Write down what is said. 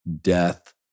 death